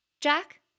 Jack